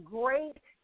great